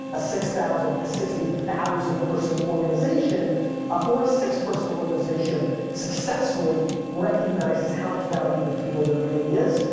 a six thousand, a sixty thousand person organization ah or a six person organization, successfully recognizes how much value in the people there really is.